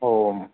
ओम्